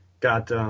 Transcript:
got